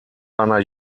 seiner